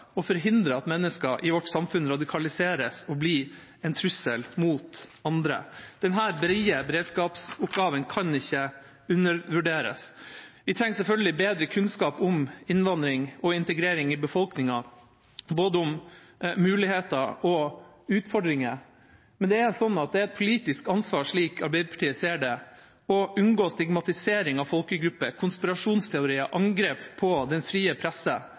forhindre at mennesker i vårt samfunn radikaliseres og blir en trussel mot andre. Denne brede beredskapsoppgaven kan ikke undervurderes. Vi trenger selvfølgelig bedre kunnskap om innvandring og integrering i befolkningen, både om muligheter og om utfordringer, men det er et politisk ansvar, slik Arbeiderpartiet ser det, å unngå stigmatisering av folkegrupper, konspirasjonsteorier og angrep på den frie